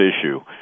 issue